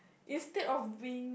instead of being